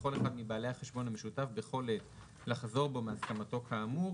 לכל אחד מבעלי החשבון המשותף בכל עת לחזור בו מהסכמתו כאמור".